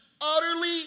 utterly